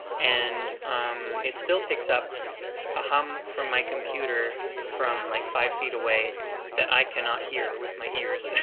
and it still picks up a hum from my computer from like five feet away that i cannot hear with my ears.